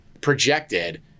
projected